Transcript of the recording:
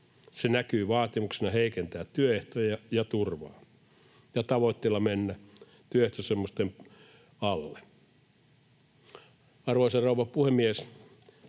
Se näkyy vaatimuksina heikentää työehtoja ja turvaa ja tavoitteina mennä työehtosopimusten alle. Arvoisa rouva puhemies!